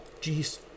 jeez